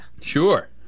Sure